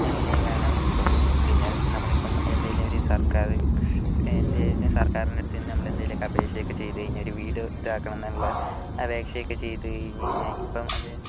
അങ്ങനെയൊക്കെയാണ് ഇപ്പോഴത് പിന്നെ നമ്മളിപ്പം എന്തെങ്കിലുമൊരു സർക്കാർ സ് സ് എന്തെങ്കിലും സർക്കാരിൻറ്റടുത്ത് ചെന്ന് നമ്മൾ എന്തെങ്കിലുമൊക്കെ അപേക്ഷയൊക്കെ ചെയ്ത് കഴിഞ്ഞാൽ ഒരു വീട് ഇതാക്കണമെന്നുള്ള അപേക്ഷയൊക്കെ ചെയ്തു കഴിഞ്ഞു കഴിഞ്ഞാൽ ഇപ്പം അത്